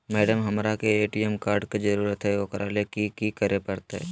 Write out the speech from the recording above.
Madam, हमरा के ATM card के जरूरत है ऊकरा ले की की करे परते?